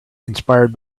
inspired